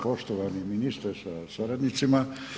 Poštovani ministre sa suradnicima.